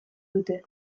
dute